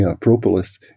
propolis